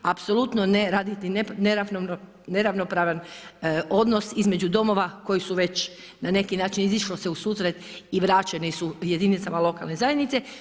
Apsolutno ne raditi neravnopravan odnos između domova koji su već na neki način izišlo se u susret i vraćeni su jedinicama lokalne zajednice.